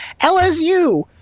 LSU